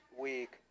week